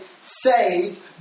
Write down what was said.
saved